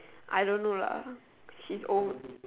I don't know lah she's old